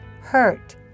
hurt